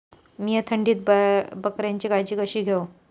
मीया थंडीत बकऱ्यांची काळजी कशी घेव?